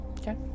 okay